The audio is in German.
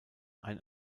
ein